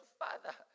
father